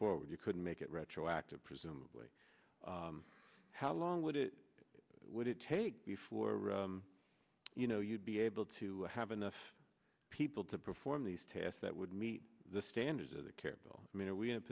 forward you couldn't make it retroactive presumably how long would it would it take before you know you'd be able to have enough people to perform these tests that would meet the standards of the careful i mean are we in a